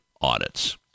audits